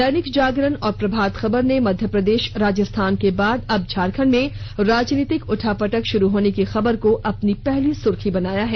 दैनिक जागरण और प्रभात खबर ने मध्यप्रदेश राजस्थान के बाद अब झारखंड में राजनीतिक उठापटक शुरू होने की खबर को अपनी पहली सुर्खी बनाया है